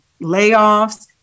layoffs